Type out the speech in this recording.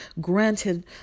granted